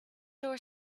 door